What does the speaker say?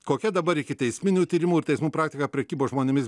kokia dabar ikiteisminių tyrimų ir teismų praktika prekybos žmonėmis